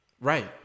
Right